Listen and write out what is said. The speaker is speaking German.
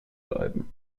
bleiben